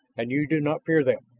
and you do not fear them.